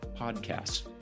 podcasts